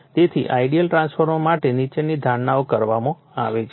તેથી ideal transformer માટે નીચેની ધારણાઓ કરવામાં આવે છે